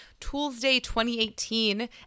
TOOLSDAY2018